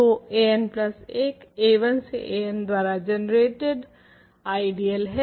तो anप्लस 1 a1 से an द्वारा जनरेटेड आइडियल है